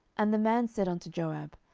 and the man said unto joab,